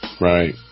Right